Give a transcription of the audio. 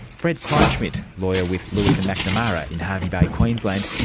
fred kleinschmidt, lawyer with lewis and mcnamara in harvey bay, queensland,